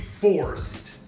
forced